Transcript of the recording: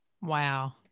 Wow